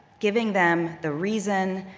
giving them the reason,